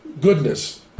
goodness